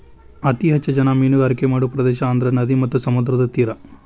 ಅತೇ ಹೆಚ್ಚ ಜನಾ ಮೇನುಗಾರಿಕೆ ಮಾಡು ಪ್ರದೇಶಾ ಅಂದ್ರ ನದಿ ಮತ್ತ ಸಮುದ್ರದ ತೇರಾ